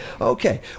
okay